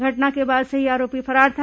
घटना को बाद से ही आरोपी फरार था